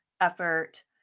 effort